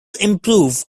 improve